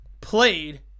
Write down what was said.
played